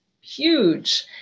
huge